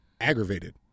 aggravated